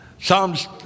Psalms